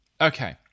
Okay